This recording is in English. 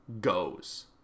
goes